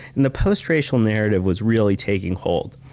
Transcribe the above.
and the post-racial narrative was really taking hold.